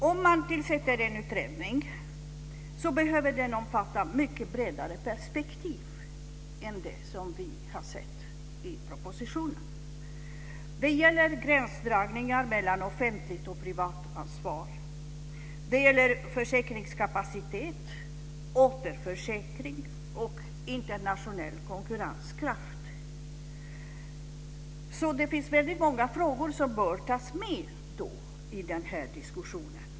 Om man tillsätter en utredning behöver den omfatta ett mycket bredare perspektiv än det som vi har sett i propositionen. Det gäller gränsdragningar mellan offentligt och privat ansvar. Det gäller försäkringskapacitet, återförsäkring och internationell konkurrenskraft. Det finns väldigt många frågor som bör tas med i den här diskussionen.